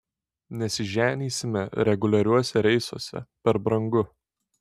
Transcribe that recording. nesiženysime reguliariuose reisuose per brangu